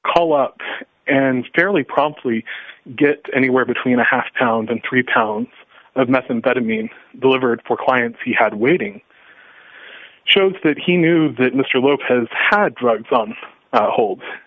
call up and fairly promptly get anywhere between have towns and three pounds of methamphetamine livered for clients he had waiting showed that he knew that mr lopez had drugs on hold